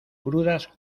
crudas